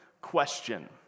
question